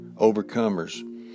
overcomers